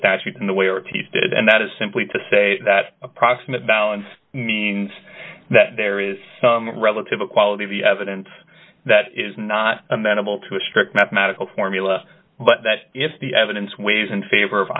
statutes in the way or ts did and that is simply to say that approximate balance means that there is relative equality of the evidence that is not amenable to a strict mathematical formula but that if the evidence wins in favor of